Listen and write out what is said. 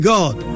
God